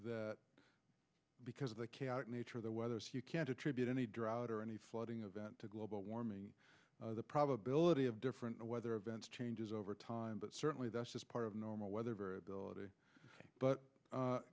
because of the chaotic nature of the weather so you can't attribute any drought or any flooding event to global warming the probability of different weather events changes over time but certainly that's just part of normal weather variability but